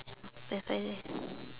the final